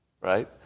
Right